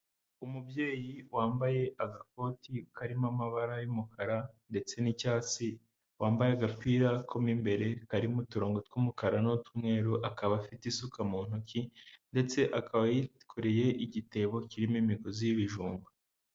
Umubyeyi wambaye agakoti karimo amabara y'umukara ndetse n'icyatsi, wambaye agapira ko mo imbere, karimo uturongo tw'umukara n'utw'umweru, akaba afite isuka mu ntoki ndetse akaba yikoreye igitebo kirimo imigozi y'ibijumba.